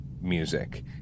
music